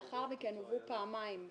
לאחר מכן הובאו פעמיים,